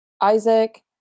Isaac